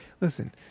Listen